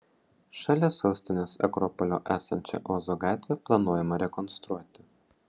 šalia sostinės akropolio esančią ozo gatvę planuojama rekonstruoti